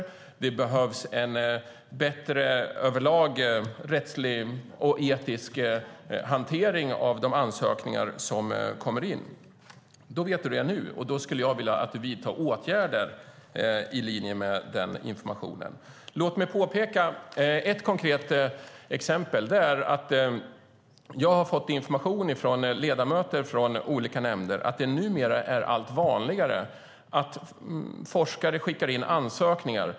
Över lag behövs en bättre rättslig och etisk hantering av de ansökningar som kommer in. Då vet du det nu, och jag skulle vilja att du vidtar åtgärder i linje med den informationen. Låt mig peka på ett konkret exempel. Jag har fått information från ledamöter i olika nämnder att det numera är allt vanligare att forskare skickar in stora ansökningar.